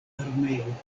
armeo